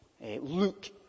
Luke